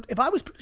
if i was,